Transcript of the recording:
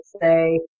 say